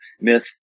myth